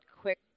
quick